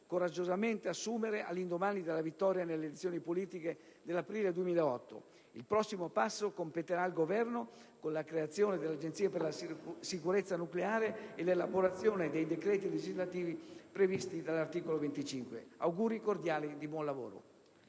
coraggiosamente assumere all'indomani della vittoria nelle elezioni politiche dell'aprile 2008. Il prossimo passo competerà al Governo con la creazione dell'Agenzia per la sicurezza nucleare e l'elaborazione dei decreti legislativi previsti dall'articolo 25. Auguri cordiali di buon lavoro!